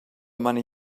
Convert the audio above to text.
money